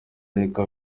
ariko